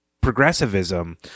progressivism